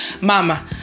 mama